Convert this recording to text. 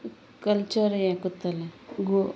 culture हें कोत्तोलें गो